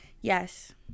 Yes